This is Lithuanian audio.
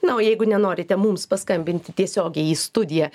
na o jeigu nenorite mums paskambinti tiesiogiai į studiją